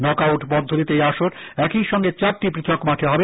knock out পদ্ধততি এই আসর একই সঙ্গে চারটিপুথক মাঠে হবে